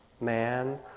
man